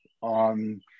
on